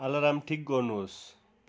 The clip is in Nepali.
अलार्म ठिक गर्नुहोस्